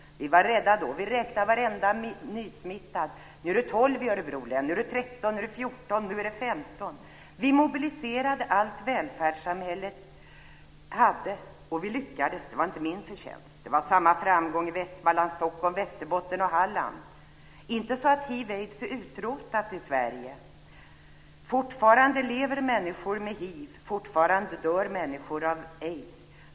Vi var rädda då. Vi räknade varenda nysmittad: Nu är det 12 som är smittade i Örebro län, nu är det 13, nu är det 14, nu är det 15. Vi mobiliserade allt som välfärdssamhället hade, och vi lyckades. Det var inte min förtjänst. Det var samma framgång i Det är inte så att hiv/aids är utrotat i Sverige. Fortfarande lever människor med hiv, fortfarande dör människor av aids.